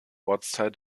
ortsteil